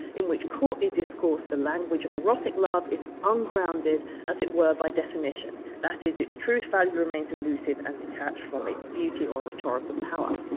in which courtly discourse, the language of erotic love, is ungrounded, as it were by definition. that is, its truth value remains elusive and detached from its beauty or rhetorical power.